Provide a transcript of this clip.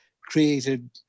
created